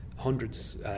hundreds